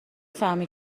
فهمی